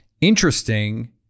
Interesting